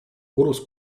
urósł